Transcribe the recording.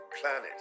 planet